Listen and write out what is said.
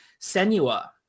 Senua